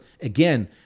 again